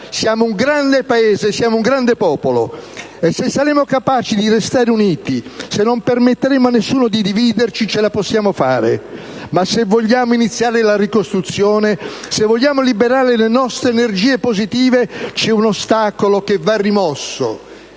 siamo un grande Paese, siamo un grande popolo e se saremo capaci di restare uniti, se non permetteremo a nessuno di dividerci, ce la possiamo fare. Ma se vogliamo iniziare la ricostruzione, se vogliamo liberare le nostre energie positive, c'è un ostacolo che va rimosso,